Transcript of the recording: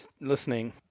listening